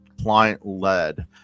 client-led